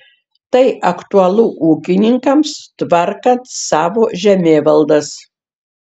tai aktualu ūkininkams tvarkant savo žemėvaldas